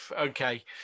okay